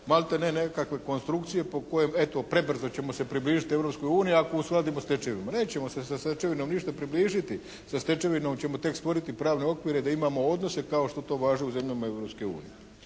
maltene nekakve konstrukcije po kojem eto prebrzo ćemo se približiti Europskoj uniji ako uskladimo sa stečevinama. Nećemo se sa stečevinom ništa približiti, sa stečevinom ćemo tek stvoriti pravne okvire da imamo odnose kao što to važi u zemljama Europske unije.